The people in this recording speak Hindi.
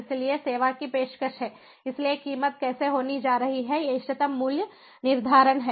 इसलिए सेवा की पेशकश है इसलिए कीमत कैसी होने जा रही है यह इष्टतम मूल्य निर्धारण है